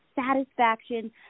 satisfaction